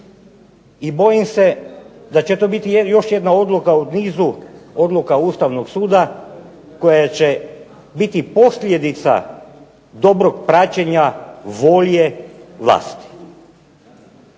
i bojim se da će to biti još jedna odluka u nizu odluka Ustavnog suda koja će biti posljedica dobrog praćenja volje vlasti.